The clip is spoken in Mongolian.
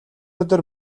өдөр